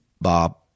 Bob